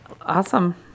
Awesome